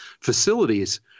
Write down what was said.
facilities